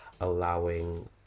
allowing